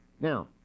Now